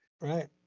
Right